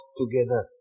together